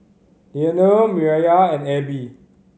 Leaner Mireya and Ebbie